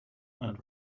and